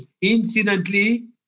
Incidentally